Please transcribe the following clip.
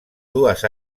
dues